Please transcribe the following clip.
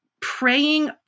Praying